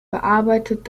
bearbeitet